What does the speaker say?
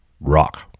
rock